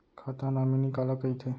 खाता नॉमिनी काला कइथे?